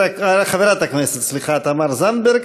חברת הכנסת תמר זנדברג,